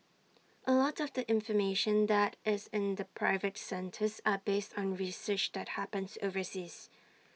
A lot of the information that is in the private centres are based on research that happens overseas